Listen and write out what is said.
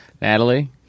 Natalie